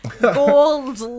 gold